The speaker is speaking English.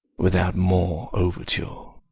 without more overture.